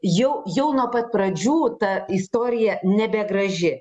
jau jau nuo pat pradžių ta istorija nebegraži